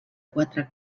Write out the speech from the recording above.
quatre